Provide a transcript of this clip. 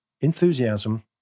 enthusiasm